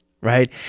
Right